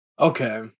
Okay